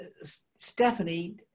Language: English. Stephanie